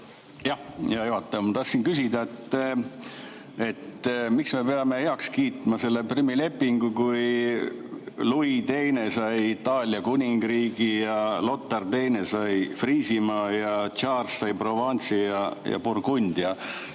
hea juhataja! Ma tahtsin küsida, miks me peame heaks kiitma selle Prümi lepingu, kui Louis II sai Itaalia kuningriigi ja Lothar II sai Friisimaa ja Charles sai Provence'i ja Burgundia.